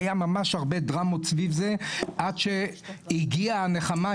היה ממש הרבה דרמות סביב זה עד שהגיעה הנחמה,